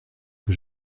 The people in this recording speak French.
que